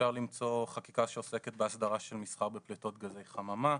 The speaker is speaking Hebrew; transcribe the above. אפשר למצוא חקיקה שעוסקת בהסדרה של מסחר בפליטות גזי חממה,